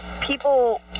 people